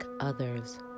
others